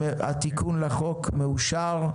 התיקון לחוק מאושר.